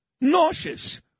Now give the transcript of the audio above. Nauseous